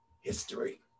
history